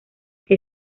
que